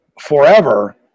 forever